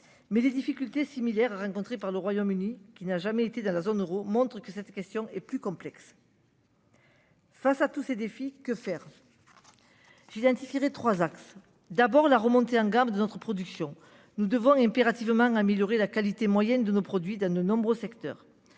mais les difficultés similaires rencontrés par le Royaume-Uni qui n'a jamais été dans la zone euro montre que cette question est plus complexe. Face à tous ces défis, que faire. Indifféré 3 axes, d'abord, la remontée en garde de notre production. Nous devons impérativement, améliorer la qualité moyenne de nos produits dans nos nombreux secteurs,